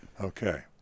Okay